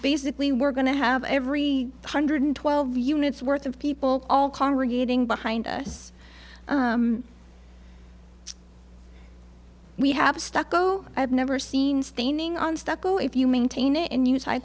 basically we're going to have every hundred twelve units worth of people all congregating behind us we have a stucco i've never seen staining on stucco if you maintain it and use